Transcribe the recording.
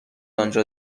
آنجا